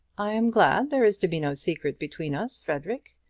i am glad there is to be no secret between us, frederic.